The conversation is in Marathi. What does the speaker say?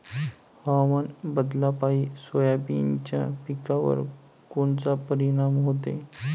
हवामान बदलापायी सोयाबीनच्या पिकावर कोनचा परिणाम होते?